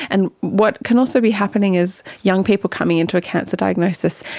and what can also be happening is young people coming into a cancer diagnosis,